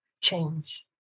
change